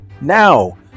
Now